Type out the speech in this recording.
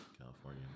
California